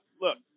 look